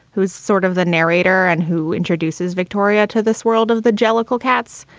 who is sort of the narrator and who introduces victoria to this world of the jellicoe cats.